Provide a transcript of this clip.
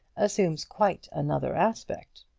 assumes quite another aspect.